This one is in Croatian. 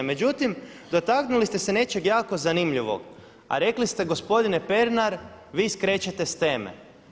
Međutim, dotaknuli ste se nečeg jako zanimljivog, a rekli ste gospodine Pernar vi skrećete s teme.